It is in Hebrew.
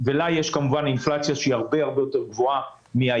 ולה יש כמובן אינפלציה שהיא הרבה יותר גבוהה מן